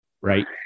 right